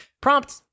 Prompt